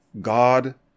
God